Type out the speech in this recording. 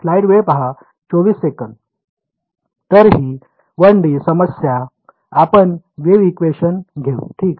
तर ही 1D समस्या आपण वेव्ह इक्वेशन घेऊ ठीक